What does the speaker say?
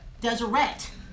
Deseret